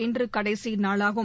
இன்றுகடைசிநாளாகும்